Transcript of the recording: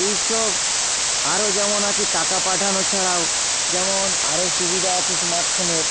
এইসব আরো যেমন আছে টাকা পাঠানো ছাড়াও যেমন আরো সুবিধা আছে স্মার্টফোনের